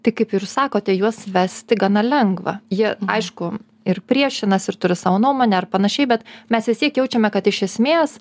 tai kaip ir sakote juos vesti gana lengva jie aišku ir priešinasi ir turi savo nuomonę ar panašiai bet mes vis tiek jaučiame kad iš esmės